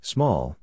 Small